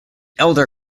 elder